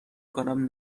کنم